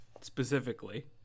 specifically